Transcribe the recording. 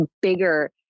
bigger